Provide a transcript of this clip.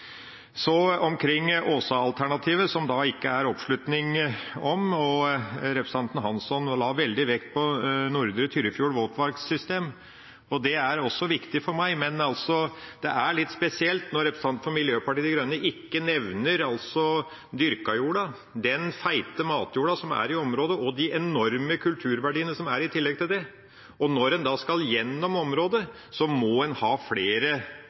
oppslutning om det. Representanten Hansson la veldig vekt på Nordre Tyrifjorden våtmarkssystem. Det er også viktig for meg, men det er litt spesielt når representanten for Miljøpartiet De Grønne ikke nevner den dyrkede jorda, den feite matjorda som er i området, og de enorme kulturverdiene som er i tillegg til det. Og når en skal gjennom området, må en tenke på flere